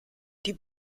die